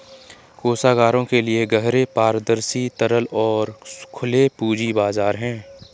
कोषागारों के लिए गहरे, पारदर्शी, तरल और खुले पूंजी बाजार हैं